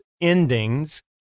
endings